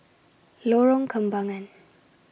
Lorong Kembangan